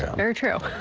very true.